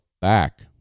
back